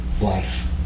life